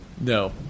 No